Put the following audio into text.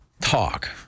talk